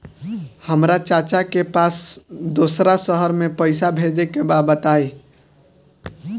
हमरा चाचा के पास दोसरा शहर में पईसा भेजे के बा बताई?